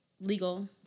legal